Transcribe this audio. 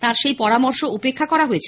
তাঁর সেই পরামর্শ উপেক্ষা করা হয়েছে